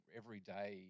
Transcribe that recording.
everyday